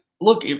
look